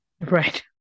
Right